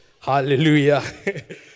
Hallelujah